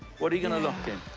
what are you going to lock in?